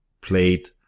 played